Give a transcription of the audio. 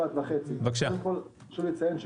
לי לציין,